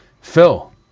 Phil